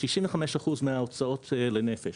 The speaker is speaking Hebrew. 65 אחוז מההוצאות לנפש,